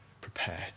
prepared